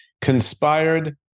conspired